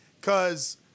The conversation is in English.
cause